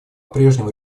прежнему